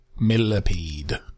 millipede